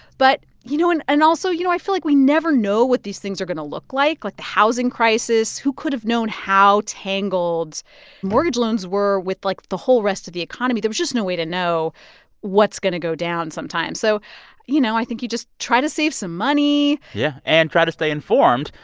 but, you know and and also, you know, i feel like we never know what these things are going to look like. like the housing crisis who could have known how tangled mortgage loans were with, like, the whole rest of the economy? there's just no way to know what's going to go down sometimes. so you know, i think you just try to save some money yeah. and try to stay informed.